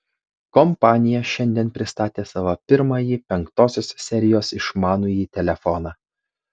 kompanija šiandien pristatė savo pirmąjį penktosios serijos išmanųjį telefoną